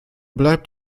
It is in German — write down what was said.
bleibt